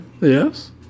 Yes